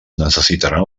necessitaran